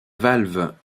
valve